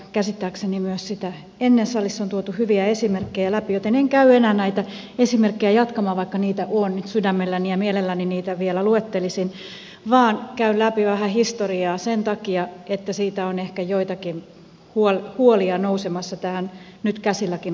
käsittääkseni myös sitä ennen salissa on tuotu hyviä esimerkkejä läpi joten en käy enää näitä esimerkkejä jatkamaan vaikka niitä on nyt sydämelläni ja mielelläni niitä vielä luettelisin vaan käyn läpi vähän historiaa sen takia että siitä on ehkä joitakin huolia nousemassa tähän nyt käsilläkin olevaan asiaan